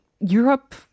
Europe